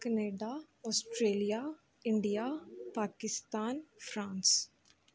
Canada Australia India Pakistan France